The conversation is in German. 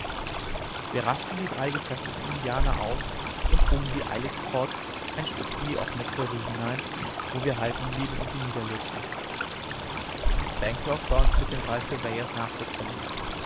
wir rafften die drei gefesselten indianer auf und trugen sie eiligst fort ein stück in die offene prairie hinein wo wir halten blieben und sie niederlegten bancroft war uns mit den drei surveyors nachgekommen